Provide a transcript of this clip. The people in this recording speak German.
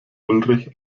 ulrich